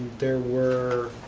there were